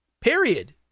Period